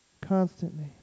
Constantly